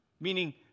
meaning